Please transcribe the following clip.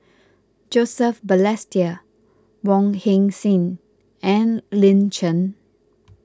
Joseph Balestier Wong Heck Sing and Lin Chen